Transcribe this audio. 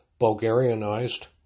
Bulgarianized